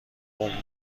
قوم